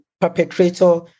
perpetrator